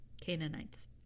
Canaanites